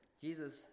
Jesus